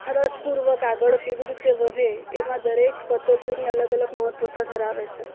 રસપૂર્વક આગળ કેવી રીતે વધે એમાં દરેક પદ્ધતિઓની અલગ અલગ મહત્ત્વતા ધરાવે છે